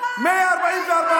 די כבר, די כבר.